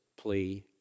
plea